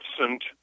absent